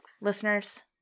Listeners